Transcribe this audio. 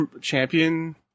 champion